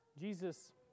Jesus